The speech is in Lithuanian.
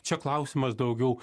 čia klausimas daugiau